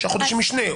ששה חודשים של משנה,